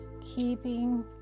keeping